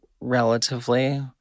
relatively